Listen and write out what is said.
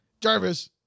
Jarvis